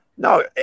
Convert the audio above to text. No